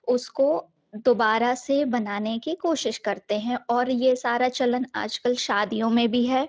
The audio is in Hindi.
उसको दोबारा से बनाने की कोशिश करते हैं और ये सारा चलन आजकल शादियों में भी है